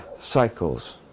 cycles